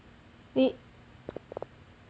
it